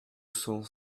cent